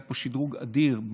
היה פה שדרוג אדיר,